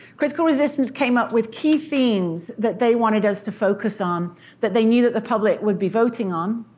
critical resistance came up with key themes that they wanted us to focus on um that they knew that the public would be voting on,